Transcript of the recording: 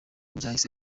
byahise